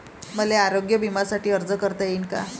मले आरोग्य बिम्यासाठी अर्ज करता येईन का?